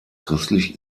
christlich